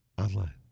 online